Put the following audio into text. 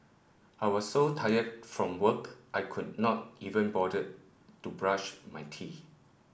I was so tired from work I could not even bother to brush my teeth